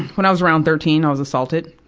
when i was around thirteen, i was assaulted,